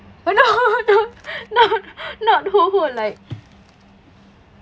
oh no no no not ho ho like